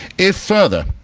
if further,